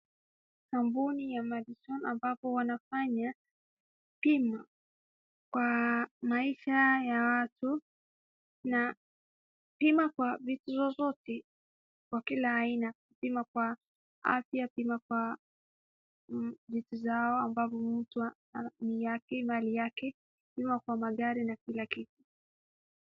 Kampuni ya madison ambayo wanafanya bima kwa maisha ya watu. Na bima kwa vitu zozote kwa kila aina. Bima kwa afya, Bima kwa vitu zao ambapo mtu ni yake, mali yake. Bima kwa magari na kila kitu.